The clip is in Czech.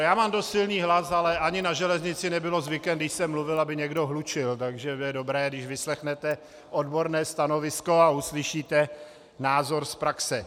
Já mám dost silný hlas, ale ani na železnici nebylo zvykem, když jsem mluvil, aby někdo hlučil, takže bude dobré, když vyslechnete odborné stanovisko a uslyšíte názor z praxe.